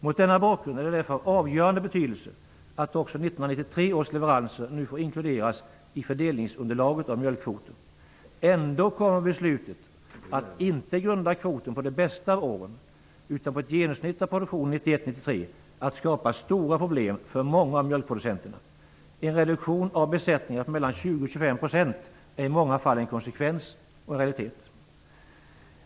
Mot den bakgrunden är det av avgörande betydelse att också 1993 års leveranser nu får inkluderas i fördelningsunderlaget för mjölkkvoten. Beslutet kommer ändå inte att grunda kvoten på det bästa åren utan på ett genomsnitt av produktionen 1991-1993. Det kommer att skapa stora problem för många mjölkproducenter. En reduktion av besättningarna på 20-25 % blir i många fall en konsekvens och en realitet.